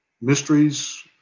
mysteries